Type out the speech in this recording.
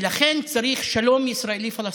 ולכן צריך שלום ישראלי-פלסטיני,